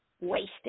wasted